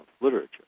literature